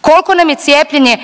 Koliko nam je cijepljenje